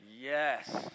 Yes